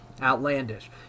outlandish